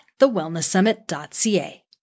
thewellnesssummit.ca